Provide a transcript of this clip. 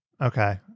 Okay